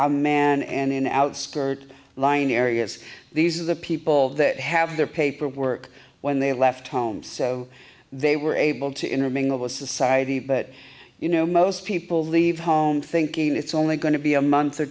of man and in outskirt lying areas these are the people that have their paperwork when they left home so they were able to intermingle with society but you know most people leave home thinking it's only going to be a month or